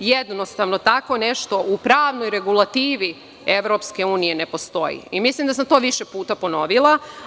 jednostavno tako nešto u pravnoj regulativi EU ne postoji i mislim da sam to više puta ponovila.